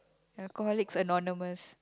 alcoholic is anonymous